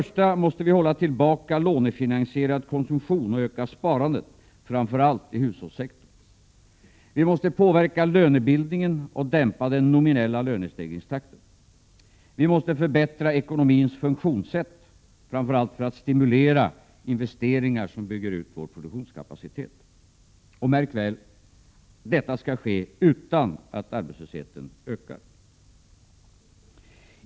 Vi måste hålla tillbaka lånefinansierad konsumtion och öka sparandet, framför allt i hushållssektorn. 2. Vi måste påverka lönebildningen och dämpa den nominella lönestegringstakten. 3. Vi måste förbättra ekonomins funktionssätt, framför allt för att stimulera investeringar, som bygger ut vår produktionskapacitet. Och, märk väl, detta skall ske utan att arbetslösheten ökar.